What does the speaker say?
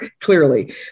clearly